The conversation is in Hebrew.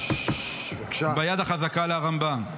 ביד החזקה לרמב"ם.